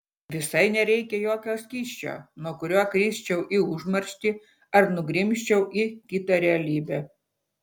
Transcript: visai nereikia jokio skysčio nuo kurio krisčiau į užmarštį ar nugrimzčiau į kitą realybę